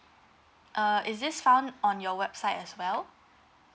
uh is this found on your website as well